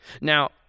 Now